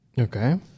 Okay